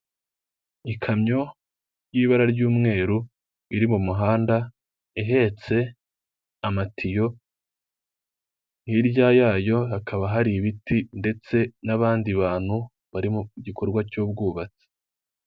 Amatara yaka cyane ndetse n'ikiraro kinyuraho imodoka, hasi no hejuru kiri mu mujyi wa Kigali muri nyanza ya kicukiro ndetse yanditseho, icyapa k'icyatsi kiriho amagambo Kigali eyapoti